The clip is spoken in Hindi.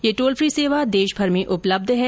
यह टोल फ्री सेवा देशमर में उपलब्धं है